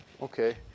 Okay